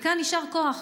וכאן, יישר כוח.